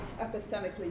epistemically